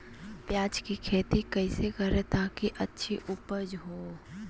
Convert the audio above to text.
प्याज की खेती कैसे करें ताकि अच्छी उपज हो?